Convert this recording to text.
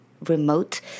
remote